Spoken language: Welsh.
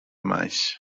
maes